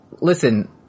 listen